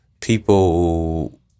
people